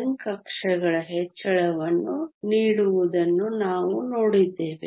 N ಕಕ್ಷೆಗಳ ಹೆಚ್ಚಳವನ್ನು ನೀಡುವುದನ್ನು ನಾವು ನೋಡಿದ್ದೇವೆ